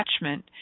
attachment